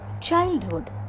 childhood